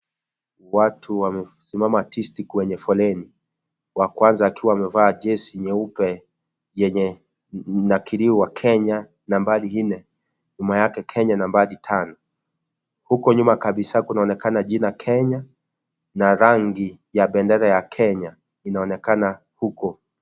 Watu wamesimama tisti kwenye foleni, wakwanza akiwa amevaa jezi nyeupe yenye imenakiliwa Kenya nambari nne, nyuma yake Kenya nambari tano, huko nyuma kabisa kunaonekana jina Kenya na rangi ya bendera ya Kenya inaonekana huko.